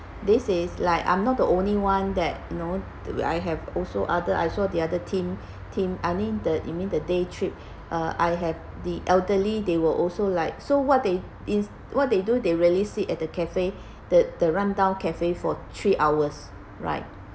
this is like I'm not the only one that you know I have also other I saw the other team team I mean the you mean the day trip uh I have the elderly they will also like so what they what they do they really sit at the cafe the the rundown cafe for three hours right